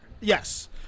Yes